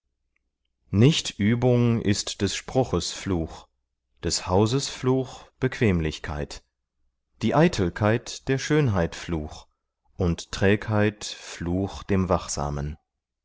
nichtübung ist des spruches fluch des hauses fluch bequemlichkeit die eitelkeit der schönheit fluch und trägheit fluch dem wachsamen